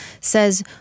says